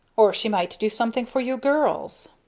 or she might do something for you girls.